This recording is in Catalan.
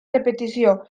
repetició